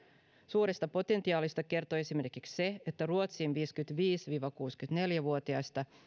suuresta potentiaalista kertoo esimerkiksi se että ruotsin viisikymmentäviisi viiva kuusikymmentäneljä vuotiaista